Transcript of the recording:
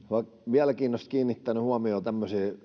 mielenkiinnosta kiinnittänyt huomiota tämmöisiin